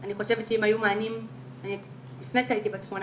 אני חושבת שאם היו מענים לפני שהייתי בת 18